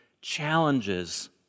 challenges